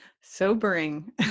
Sobering